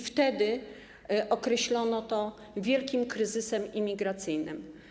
Wtedy określono to wielkim kryzysem imigracyjnym.